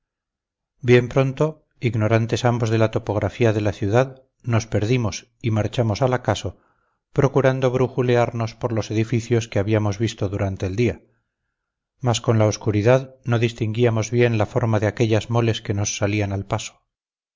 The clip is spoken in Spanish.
bien pronto ignorantes ambos de la topografía de la ciudad nos perdimos y marchamos al acaso procurando brujulearnos por los edificios que habíamos visto durante el día mas con la oscuridad no distinguíamos bien la forma de aquellas moles que nos salían al paso